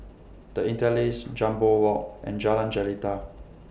The Interlace Jambol Walk and Jalan Jelita